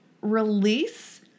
release